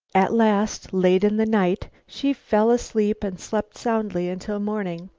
at last, late in the night, she fell asleep and slept soundly until morning.